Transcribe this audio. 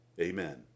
Amen